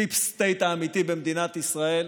הדיפ סטייט האמיתי במדינת ישראל